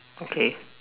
okay